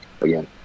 again